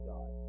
God